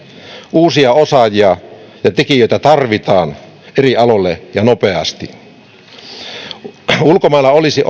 uusia osaajia ja tekijöitä tarvitaan eri aloille ja nopeasti ulkomailta olisi